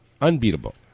Unbeatable